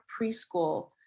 preschool